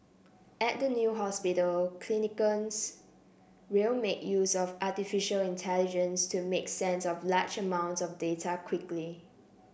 at the new hospital clinicians will make use of artificial intelligence to make sense of large amounts of data quickly